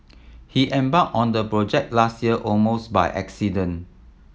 he embarked on the project last year almost by accident